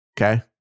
Okay